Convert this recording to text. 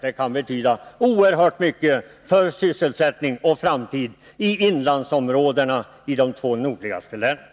Det kan betyda oerhört mycket för sysselsättning och framtid i inlandsområdena i de två nordligaste länen.